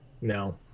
No